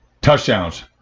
Touchdowns